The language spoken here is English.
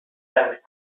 seventh